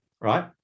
right